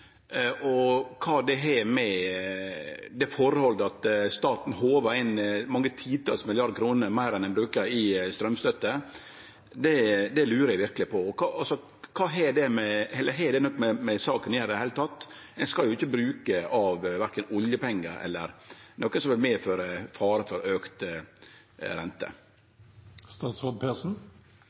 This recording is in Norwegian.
Kva det har å gjere med det forholdet at staten håvar inn mange titals milliardar kroner meir enn ein brukar i straumstøtte, lurer eg verkeleg på. Har det noko med saka å gjere i det heile? Ein skal ikkje bruke av verken oljepengar eller noko som vil medføre fare for